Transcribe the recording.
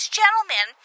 gentlemen